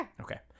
Okay